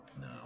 No